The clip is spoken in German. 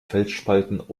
felsspalten